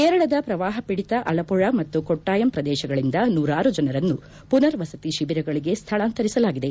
ಕೇರಳದ ಪ್ರವಾಹಪೀಡಿತ ಅಲಪ್ಪಳ ಮತ್ತು ಕೊಟ್ಲಾಯಂ ಪ್ರದೇಶಗಳಿಂದ ನೂರಾರು ಜನರನ್ನು ಪುನರ್ವಸತಿ ಶಿಬಿರಗಳಿಗೆ ಸ್ಥಾಳಾಂತರಿಸಲಾಗಿದೆ